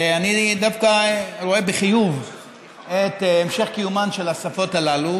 ואני דווקא רואה בחיוב את המשך קיומן של השפות הללו,